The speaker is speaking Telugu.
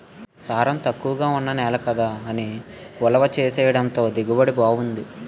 సారం తక్కువగా ఉన్న నేల కదా అని ఉలవ చేనెయ్యడంతో దిగుబడి బావుంది